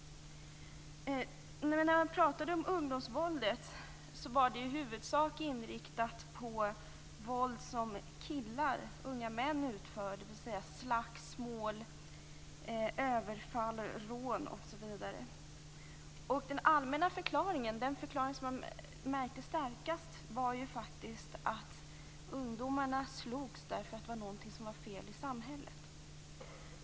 När man pratade om ungdomsvåldet var diskussionen i huvudsak inriktad på våld som unga män utför, dvs. slagsmål, överfall, rån. Den allmänna förklaringen, den förklaring som märktes mest, var faktiskt att ungdomarna slogs därför att det var någonting som var fel i samhället.